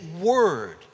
word